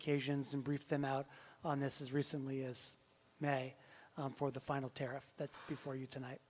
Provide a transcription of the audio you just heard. occasions and briefed them out on this is recently is may for the final tariff that before you tonight